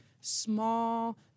small